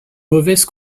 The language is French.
mauvaise